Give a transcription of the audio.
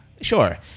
Sure